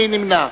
מי נמנע?